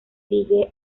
sigue